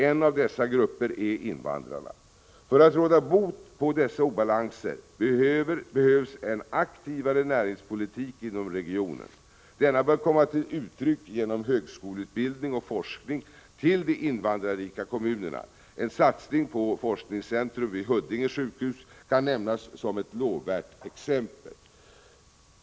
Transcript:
En av dessa grupper är invandrarna. För att råda bot på dessa obalanser behövs en aktivare näringspolitik inom regionen. Denna bör komma till uttryck genom att högskoleutbildning och forskning lokaliseras till de invandrarrika kommunerna. En satsning på forskningscentrum vid Huddinge sjukhus kan nämnas som ett lovvärt exempel.